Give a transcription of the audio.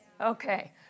Okay